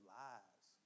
lies